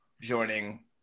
joining